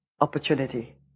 opportunity